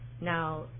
Now